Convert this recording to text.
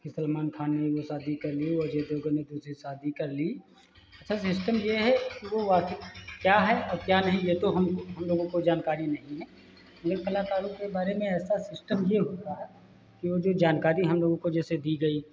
कि सलमान खान ने शादी कर ली अजय देवगन ने दूसरी शादी कर ली अच्छा सिस्टम यह है कि वह क्या है और क्या नहीं यह तो हम हमलोगों को जानकारी नहीं है फिल्म कलाकारों के बारे में सिस्टम यह होता है कि वह जो जानकारी हमलोगों को जैसे दी गई